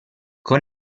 con